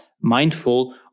mindful